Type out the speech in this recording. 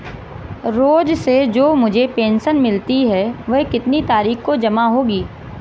रोज़ से जो मुझे पेंशन मिलती है वह कितनी तारीख को जमा होगी?